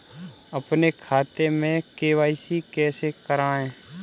अपने खाते में के.वाई.सी कैसे कराएँ?